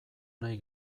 nahi